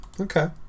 Okay